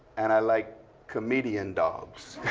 and i like comedian dogs.